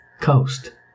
coast